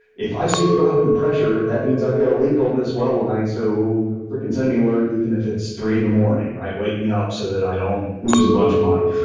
if i see a drop in pressure, that means i've got a leak on this well line. so freaking send me alert even if it's three in the morning. wake me up so that i don't lose a bunch of money.